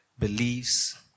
beliefs